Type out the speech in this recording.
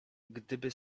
gdyby